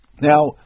Now